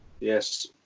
Yes